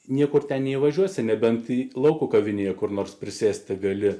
niekur nevažiuosi nebent į lauko kavinėje kur nors prisėsti gali